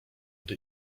gdy